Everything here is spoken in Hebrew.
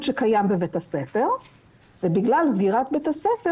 שקיים בבית הספר ובגלל סגירת בית הספר